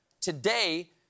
today